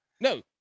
No